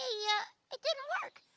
ah yeah it didn't work.